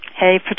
Hey